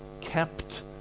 kept